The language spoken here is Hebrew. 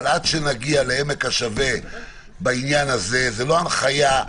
אבל עד שנגיע לעמק השווה בעניין הזה זה לא הנחיה,